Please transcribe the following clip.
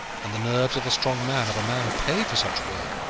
and the nerves of a strong man of a man paid for such work,